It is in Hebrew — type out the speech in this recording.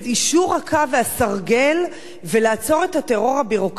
הקו והסרגל ולעצור את הטרור הביורוקרטי,